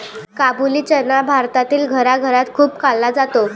काबुली चना भारतातील घराघरात खूप खाल्ला जातो